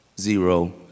zero